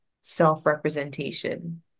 self-representation